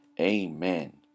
Amen